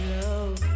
love